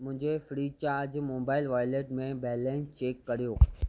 मुंहिंजे free charge mobile wallet में balance check करियो